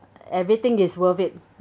everything is worth it